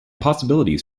possibilities